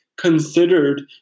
considered